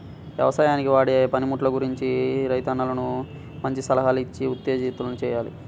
యవసాయానికి వాడే పనిముట్లు గురించి రైతన్నలను మంచి సలహాలిచ్చి ఉత్తేజితుల్ని చెయ్యాలి